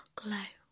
glow